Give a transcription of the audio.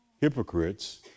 Hypocrites